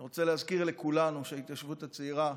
אני רוצה להזכיר לכולנו שההתיישבות הצעירה,